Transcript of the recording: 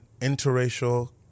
interracial